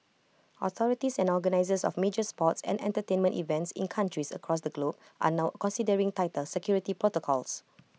authorities and organisers of major sports and entertainment events in countries across the globe are now considering tighter security protocols